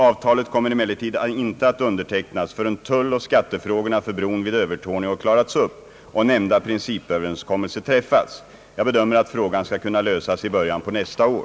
Avtalet kommer emellertid inte att undertecknas förrän tulloch skattefrågorna för bron vid Övertorneå klarats upp och nämnda principöverenskommelse träffats. Jag bedömer att frågan skall kunna lösas i början på nästa år.